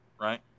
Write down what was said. right